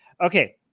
Okay